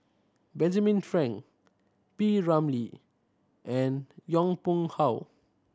Benjamin Frank P Ramlee and Yong Pung How